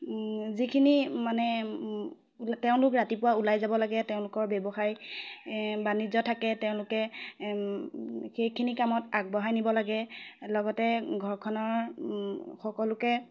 যিখিনি মানে তেওঁলোক ৰাতিপুৱা ওলাই যাব লাগে তেওঁলোকৰ ব্যৱসায় এ বাণিজ্য থাকে তেওঁলোকে সেইখিনি কামত আগবঢ়াই নিব লাগে লগতে ঘৰখনৰ সকলোকে